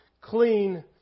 clean